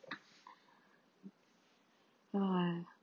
no one